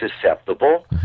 susceptible